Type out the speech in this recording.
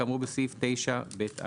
כאמור בסעיף 9ב(א)."